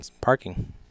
parking